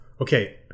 okay